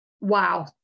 wow